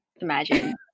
imagine